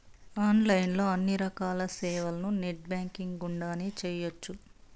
online లో అన్ని రకాల సేవలను నెట్ బ్యాంకింగ్ గుండానే చేయ్యొచ్చు